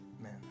Amen